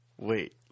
Wait